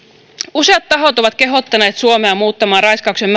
useat tahot ovat kehottaneet suomea muuttamaan raiskauksen